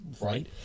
right